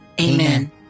Amen